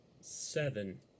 Seven